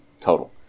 total